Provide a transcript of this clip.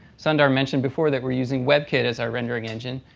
sundar mentioned before they we're using webkit as our rendering engine.